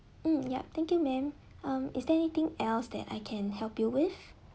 mm ya thank you ma'am um is there anything else that I can help you with